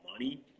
money